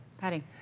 patty